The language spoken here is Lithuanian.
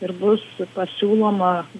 ir bus pasiūloma